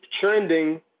trending